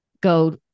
go